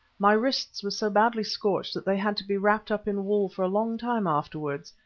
my wrists were so badly scorched that they had to be wrapped up in wool for a long time afterwards,